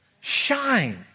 Shine